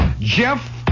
Jeff